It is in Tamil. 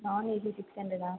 non AC six ஹண்ட்ரடா